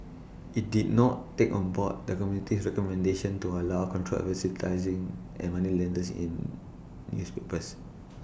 IT did not take on board the committee's recommendation to allow controlled advertising an moneylenders in newspapers